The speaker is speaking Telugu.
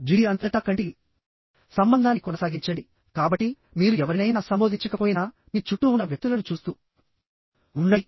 జిడి అంతటా కంటి సంబంధాన్ని కొనసాగించండి కాబట్టి మీరు ఎవరినైనా సంబోధించకపోయినా మీ చుట్టూ ఉన్న వ్యక్తులను చూస్తూ ఉండండి